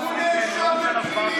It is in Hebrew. הוא נאשם בפלילים.